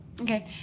Okay